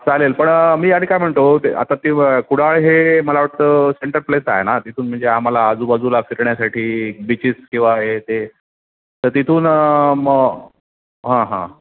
चालेल पण मी आणि काय म्हणतो ते आता ते कुडाळ हे मला वाटतं सेंट्रल प्लेस आहे ना तिथून म्हणजे आम्हाला आजूबाजूला फिरण्यासाठी बीचेस किंवा हे ते तेथून मग हां हां